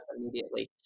immediately